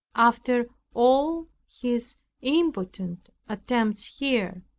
after all his impotent attempts here,